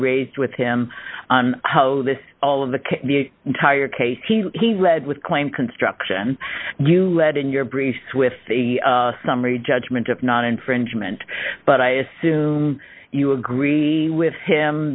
raised with him on how this all of the the entire case he led with claim construction you lead in your briefs with the summary judgment of not infringement but i assume you agree with him